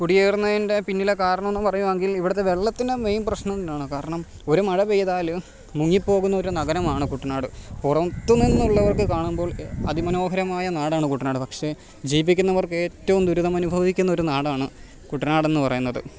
കുടിയേറുന്നതിൻ്റെ പിന്നിലെ കാരണമെന്നു പറയുകയാണെങ്കിൽ ഇവിടത്തെ വെള്ളത്തിൻ്റെ മെയിൻ പ്രശ്നം ഇതാണ് കാരണം ഒരു മഴ പെയ്താല് മുങ്ങിപ്പോകുന്നൊരു നഗരമാണ് കുട്ടനാട് പുറത്തുനിന്നുള്ളവർക്ക് കാണുമ്പോൾ അതിമനോഹരമായ നാടാണ് കുട്ടനാട് പക്ഷേ ജീവിക്കുന്നവർ ഏറ്റവും ദുരിതമനുഭവിക്കുന്നൊരു നാടാണ് കുട്ടനാടെന്നു പറയുന്നത്